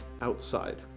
outside